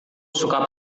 suka